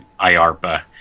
IARPA